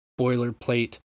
boilerplate